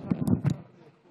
כנסת נכבדה,